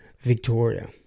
Victoria